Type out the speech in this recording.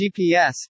GPS